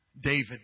David